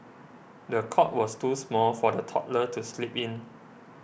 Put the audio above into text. the cot was too small for the toddler to sleep in